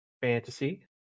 Fantasy